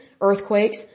earthquakes